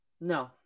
No